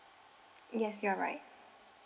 yes you're right